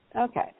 okay